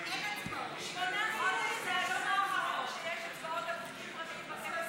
8 ביולי זה היום האחרון שיש הצבעות על חוקים פרטיים בכנסת.